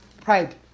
Pride